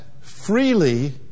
freely